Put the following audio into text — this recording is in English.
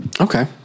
Okay